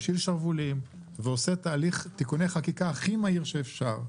הפשיל שרוולים ועושה הליך של תיקוני חקיקה הכי מהיר שאפשר.